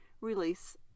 release